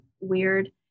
weird